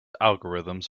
algorithms